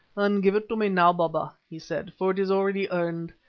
then give it to me now, baba, he said, for it is already earned.